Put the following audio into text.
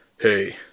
hey